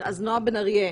אריה,